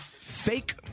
fake